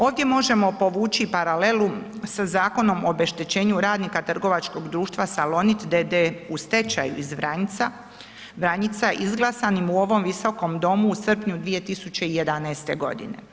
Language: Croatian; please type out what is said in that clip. Ovdje možemo povući paralelu sa Zakonom o obeštećenju radnika trgovačkog društva Salonit d. d. u stečaju iz Vranjica izglasanim u ovom Visokom domu u srpnju 2011. godine.